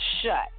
shut